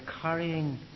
carrying